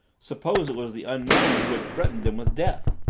suppose it was the unknown who had threatened them with death?